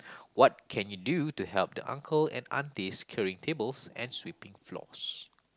what can you do to help the uncle and aunties carry tables and sweeping floors